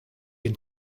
been